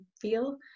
feel